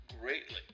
greatly